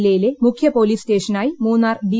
ജില്ലയിലെ മുഖ്യപോലീസ് സ്റ്റേഷനായി മൂന്നാർ ഡി